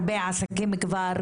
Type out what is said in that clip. הרבה עסקים כבר,